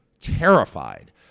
terrified